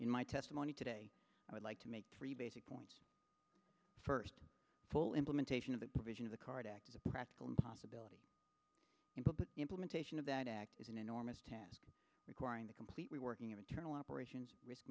in my testimony today i would like to make three basic points first full implementation of the provision of the card act is a practical impossibility but the implementation of that act is an enormous task requiring a completely working of internal operations risk